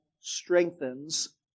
strengthens